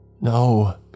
No